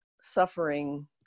suffering